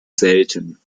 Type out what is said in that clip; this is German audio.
selten